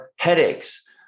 headaches